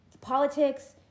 politics